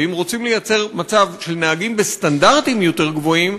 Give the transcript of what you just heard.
ואם רוצים לייצר מצב של נהגים בסטנדרטים יותר גבוהים,